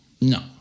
no